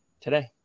today